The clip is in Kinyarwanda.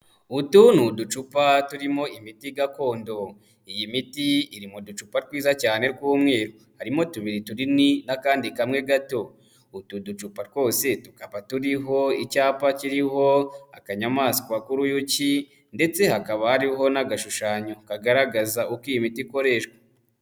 Utu ni uducupa turimo imiti gakondo, iyi miti iri mu ducupa twiza cyane tw'umweru, harimo tubiri tunini n'akandi kamwe gato, utu ducupa twose tukaba turiho icyapa kiriho akanyamaswa k'uruyuki ndetse hakaba hariho n'agashushanyo kagaragaza uko iyi miti ikoreshwa.